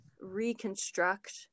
reconstruct